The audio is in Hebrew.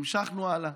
המשכנו הלאה